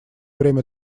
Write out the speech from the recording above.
время